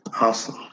Awesome